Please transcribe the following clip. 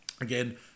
again